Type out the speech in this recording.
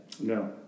No